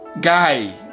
guy